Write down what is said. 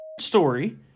story